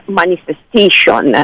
manifestation